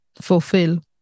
fulfill